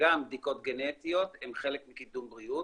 שגם בדיקות גנטיות הן חלק מקידום בריאות,